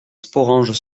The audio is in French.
sporanges